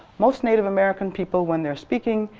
most native american people, when they're speaking,